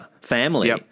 family